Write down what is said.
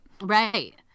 Right